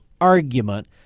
argument